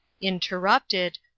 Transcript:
Interrupted